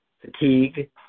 fatigue